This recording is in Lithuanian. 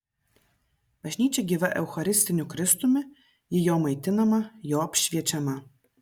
bažnyčia gyva eucharistiniu kristumi ji jo maitinama jo apšviečiama